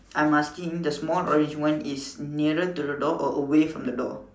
I'm asking the small orange one is nearer to the door or away from the door